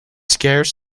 scarce